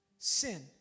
Sin